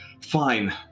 Fine